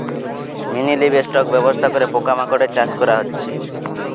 mini livestock ব্যবস্থা করে পোকা মাকড়ের চাষ করা হচ্ছে